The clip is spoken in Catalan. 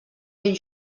ben